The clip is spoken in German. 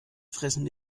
fressen